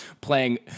playing